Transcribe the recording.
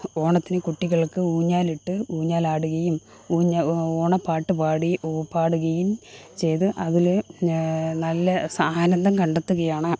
ഓണത്തിന് കുട്ടികള്ക്ക് ഊഞ്ഞാലിട്ട് ഊഞ്ഞാലാടുകയും ഊഞ്ഞ് ഓണപ്പാട്ട് പാടി പാട്കയും ചെയ്ത് അതില് നല്ല സഹാനന്ദം കണ്ടെത്തുകയാണ്